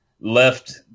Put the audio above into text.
left